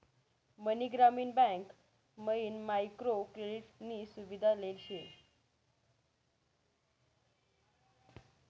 मनी ग्रामीण बँक मयीन micro credit नी सुविधा लेल शे